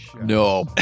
No